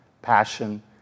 Passion